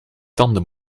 tanden